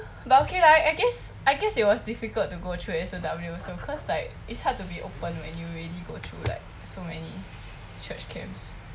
but okay lah I guess I guess it was difficult to go through S_O_W also cause like it's hard to be open when you already go through like so many church camps